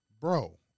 Bro